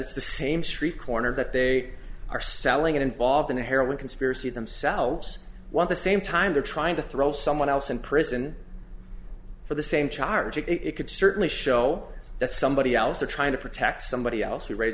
it's the same street corner that they are selling involved in a heroin conspiracy themselves while the same time they're trying to throw someone else in prison for the same charge it could certainly show that somebody else are trying to protect somebody else who r